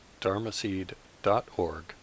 dharmaseed.org